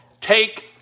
Take